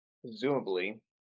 presumably